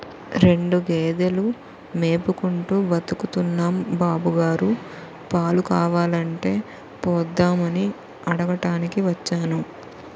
రెండు గేదెలు మేపుకుంటూ బతుకుతున్నాం బాబుగారు, పాలు కావాలంటే పోద్దామని అడగటానికి వచ్చాను